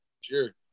Sure